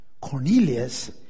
Cornelius